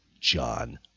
John